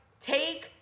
take